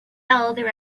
elder